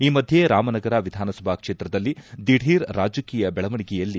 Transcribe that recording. ಈ ಮಧ್ಯೆ ರಾಮನಗರ ವಿಧಾನಸಭಾ ಕ್ಷೇತ್ರದಲ್ಲಿ ದಿಢೀರ್ ರಾಜಕೀಯ ಬೆಳವಣಿಗೆಯಲ್ಲಿ